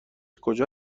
کجا